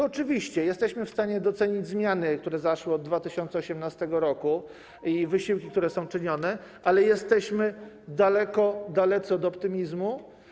Oczywiście jesteśmy w stanie docenić zmiany, które zaszły od 2018 r., i wysiłki, które są czynione, ale jesteśmy daleko dalecy od optymizmu.